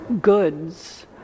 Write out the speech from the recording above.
goods